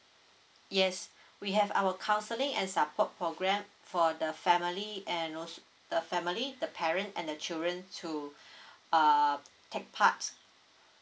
yes we have our counselling and support program for the family and also the family the parent and the children to uh take parts